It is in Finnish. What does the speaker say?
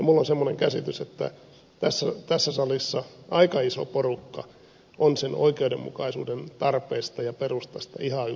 minulla on semmoinen käsitys että tässä salissa aika iso porukka on sen oikeudenmukaisuuden tarpeesta ja perustasta ihan yksimielinen